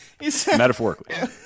metaphorically